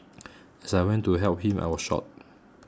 as I went to help him I was shot